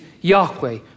Yahweh